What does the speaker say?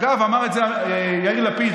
אגב, אמר את זה יאיר לפיד.